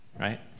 Right